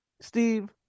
Steve